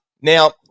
now